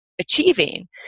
achieving